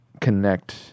connect